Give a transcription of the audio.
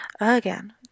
again